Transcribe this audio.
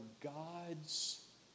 God's